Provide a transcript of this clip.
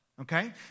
okay